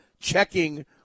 checking